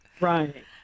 right